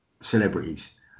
celebrities